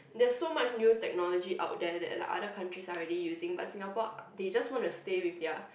there's so much new technology out there that like other countries are already using but Singapore they just want to stay with their